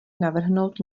navrhnout